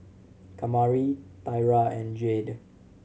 Kamari Thyra and Jayde